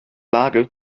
lage